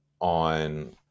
on